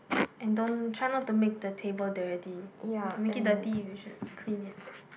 and don't try not to make the table dirty if you make it dirty you should clean it